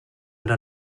era